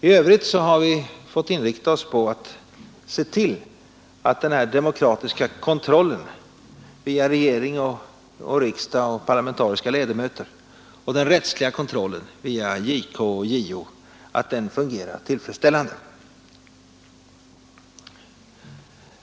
I övrigt har vi fått inrikta oss på att se till att den demokratiska kontrollen via regering och riksdag och parlamentariska ledamöter och den rättsliga kontrollen via JK och JO fungerar tillfredsställande.